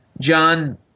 John